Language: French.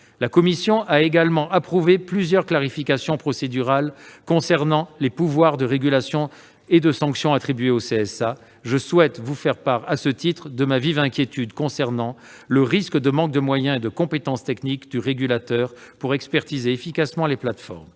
La commission a aussi approuvé plusieurs clarifications procédurales concernant les pouvoirs de régulation et de sanction attribués au CSA. Je souhaite vous faire part, à cet égard, de ma vive inquiétude, car le régulateur risque de manquer de moyens et de compétences techniques pour expertiser efficacement les plateformes.